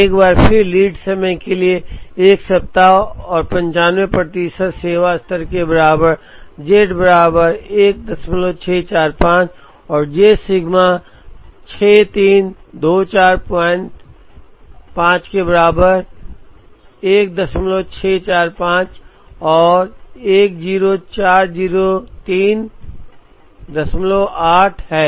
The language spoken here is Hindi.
और एक बार फिर लीड समय के लिए 1 सप्ताह और 95 प्रतिशत सेवा स्तर के बराबर z बराबर 1645 और z सिग्मा 63245 के बराबर 1645 में 104038 है